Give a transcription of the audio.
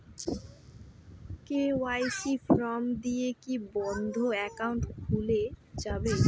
KYC form দিয়ে কি বন্ধ একাউন্ট খুলে যাবে?